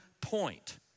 point